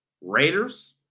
Raiders